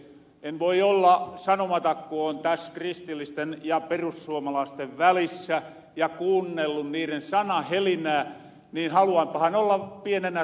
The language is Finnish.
en voi olla sanomata ku oon täs kristillisten ja perussuomalaasten välissä ja kuunnellu niiren sanahelinää haluanpahan olla pienenä tuomarina